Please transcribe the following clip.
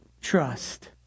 trust